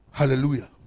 Hallelujah